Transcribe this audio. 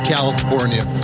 California